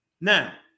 Now